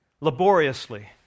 laboriously